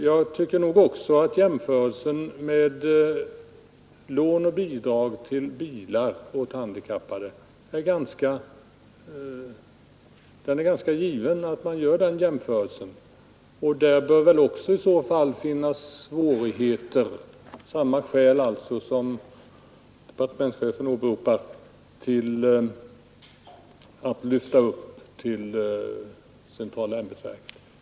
Jag tycker också att det är ganska naturligt att man gör jämförelsen med lån och bidrag till bilar åt handikappade. Där bör väl också finnas svårigheter — alltså samma skäl som departementschefen åberopar för att lyfta upp ärendena till centrala ämbetsverk.